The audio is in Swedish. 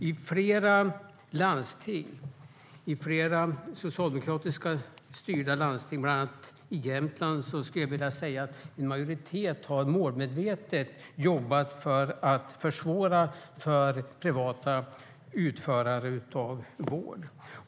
I flera socialdemokratiskt styrda landsting, bland annat Jämtlands läns landsting, har en majoritet målmedvetet jobbat för att försvåra för privata utförare av vård.